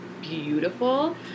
beautiful